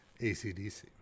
ACDC